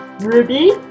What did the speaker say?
Ruby